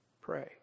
pray